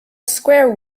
square